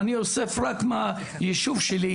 אני אוסף רק מהיישוב שלי,